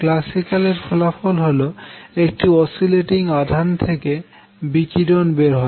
classical এর ফলাফল হল একটি অসিলেটিং আধান থেকে বিকিরন বের হয়